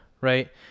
right